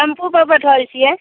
tempo पर बैठल छियै